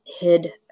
hid